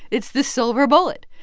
it's the silver bullet.